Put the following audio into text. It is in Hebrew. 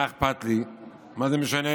מה אכפת לי, מה זה משנה?